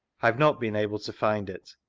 have not been able to find it.